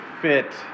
fit